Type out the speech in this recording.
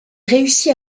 réussit